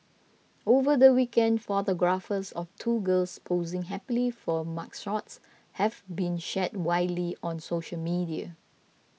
over the weekend photographs of two girls posing happily for mugshots have been shared widely on social media